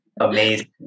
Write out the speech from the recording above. amazing